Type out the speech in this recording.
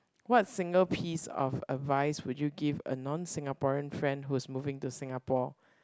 what single piece of advice would you give a non Singaporean friend who's moving to Singapore